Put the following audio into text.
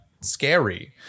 scary